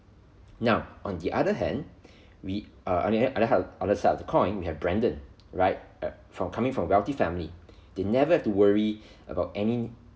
now on the other hand we err on the hand on the on the side of the coin we have brandon right from coming from a wealthy family they never have to worry about any